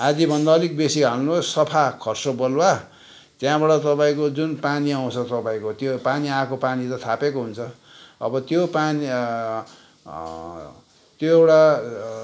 आधाभन्दा अलिक बेसी हाल्नुहोस् सफा खस्रो बलुवा त्यहाँबाट तपाईँको जुन पानी आउँछ तपाईँको त्यो पानी आएको पानी त थापेको हुन्छ अब त्यो पानी त्यो एउटा